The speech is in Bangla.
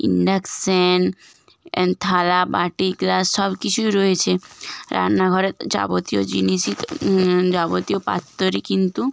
ইন্ডাকশান থালা বাটি গ্লাস সব কিছুই রয়েছে রান্নাঘরে তো যাবতীয় জিনিসই যাবতীয় পাত্রই কিন্তু